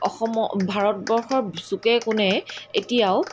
অসম ভাৰতবৰ্ষৰ চুকে কোণে এতিয়াও